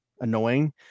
annoying